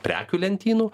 prekių lentynų